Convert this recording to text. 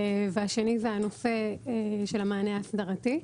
והשני זה הנושא של המענה האסדרתי.